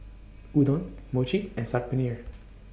Udon Mochi and Saag Paneer